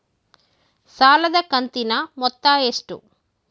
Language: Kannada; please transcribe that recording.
ಸಾಲದ ಕಂತಿನ ಮೊತ್ತ ಎಷ್ಟು?